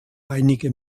einige